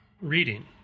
reading